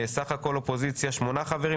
סך הכול אופוזיציה שמונה חברים.